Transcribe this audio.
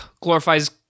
glorifies